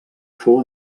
fou